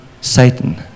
satan